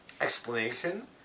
explanation